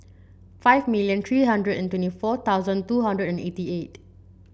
five million three hundred and twenty four thousand two hundred and eighty eight